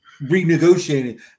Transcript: Renegotiating